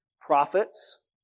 Prophets